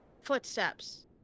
footsteps